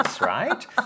right